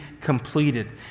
completed